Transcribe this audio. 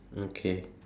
okay